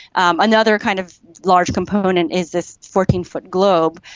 another kind of large component is this fourteen foot globe,